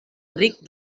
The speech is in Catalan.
ric